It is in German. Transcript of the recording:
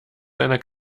seiner